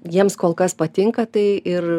jiems kol kas patinka tai ir